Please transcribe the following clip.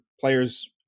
players